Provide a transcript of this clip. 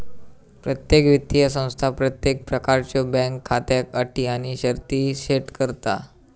प्रत्येक वित्तीय संस्था प्रत्येक प्रकारच्यो बँक खात्याक अटी आणि शर्ती सेट करता